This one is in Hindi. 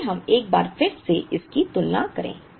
आइए हम एक बार फिर से इसकी तुलना करें